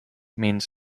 means